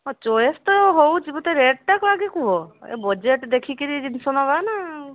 ହଁ ଚଏସ୍ ତ ହେଉଛି ମୋତେ ରେଟଟାକୁ ଆଗେ କୁହ ଏ ବଜେଟ୍ ଦେଖିକରି ଜିନିଷ ନେବା ନା ଆଉ